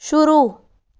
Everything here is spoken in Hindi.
शुरू